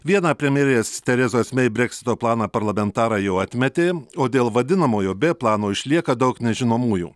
vieną premjerės teresos mei breksito planą parlamentarai jau atmetė o dėl vadinamojo b plano išlieka daug nežinomųjų